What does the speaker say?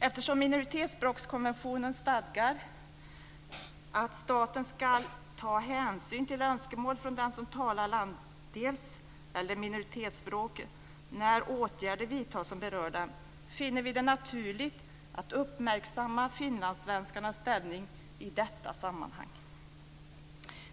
Eftersom minoritetsspråkskonvenionen stadgar att staten ska ta hänsyn till önskemål från den som talar minoritetsspråk när åtgärder vidtas som berör dem finner vi det naturligt att uppmärksamma finlandssvenskarnas ställning i detta sammanhang.